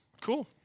Cool